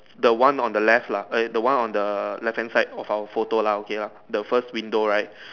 the one on the left lah eh the one on the left hand side of our photo lah okay lah the first window right